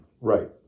right